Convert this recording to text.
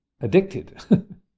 addicted